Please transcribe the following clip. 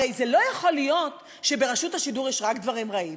הרי לא יכול להיות שברשות השידור יש רק דברים רעים.